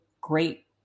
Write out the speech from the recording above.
great